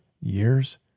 years